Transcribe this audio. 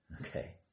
Okay